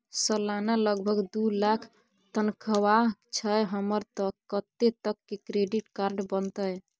सलाना लगभग दू लाख तनख्वाह छै हमर त कत्ते तक के क्रेडिट कार्ड बनतै?